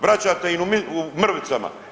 Vraćate im u mrvicama.